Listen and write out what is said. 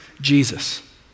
Jesus